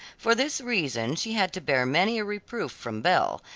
for this reason she had to bear many a reproof from belle,